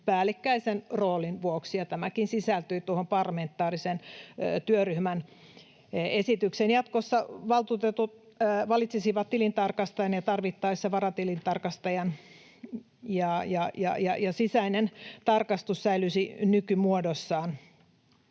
päällekkäisen roolin vuoksi, ja tämäkin sisältyy tuohon parlamentaarisen työryhmän esitykseen. Jatkossa valtuutetut valitsisivat tilintarkastajan ja tarvittaessa varatilintarkastajan ja sisäinen tarkastus säilyisi nykymuodossaan.